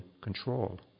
control